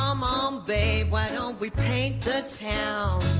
um um babe we paint the town